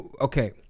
Okay